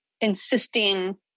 insisting